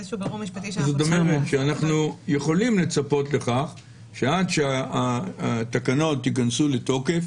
זאת אומרת שאנחנו יכולים לצפות לכך שעד שהתקנות ייכנסו לתוקף